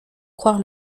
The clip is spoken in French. croire